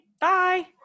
Bye